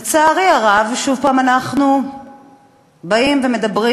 לצערי הרב, שוב אנחנו באים ומדברים